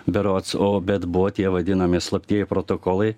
berods o bet buvo tie vadinami slaptieji protokolai